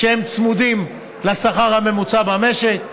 שהם צמודים לשכר הממוצע במשק,